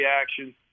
action